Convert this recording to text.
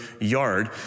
yard